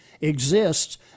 exists